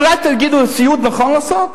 אולי תגידו, סיעוד נכון לעשות?